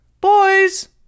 boys